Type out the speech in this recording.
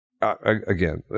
again